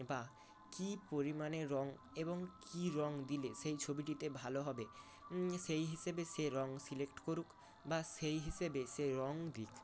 বা কী পরিমাণে রং এবং কী রং দিলে সেই ছবিটিতে ভালো হবে সেই হিসেবে সে রং সিলেক্ট করুক বা সেই হিসেবে সে রং দিক